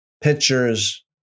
pictures